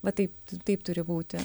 va taip taip turi būti